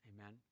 Amen